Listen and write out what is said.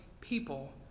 people